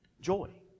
Joy